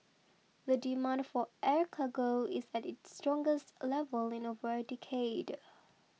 the demand for air cargo is at its strongest level in over a decade